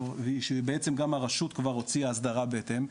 שבעצם גם הרשות כבר הוציאה הסדרה בהתאם,